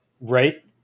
Right